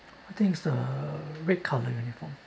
I think is the red colour uniform